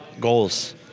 goals